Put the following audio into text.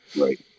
Right